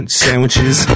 sandwiches